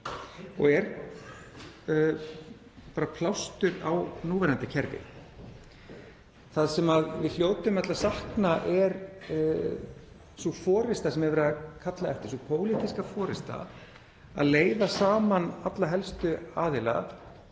og er bara plástur á núverandi kerfi. Það sem við hljótum öll að sakna er sú forysta sem er verið að kalla eftir, sú pólitíska forysta að leiða saman alla helstu aðila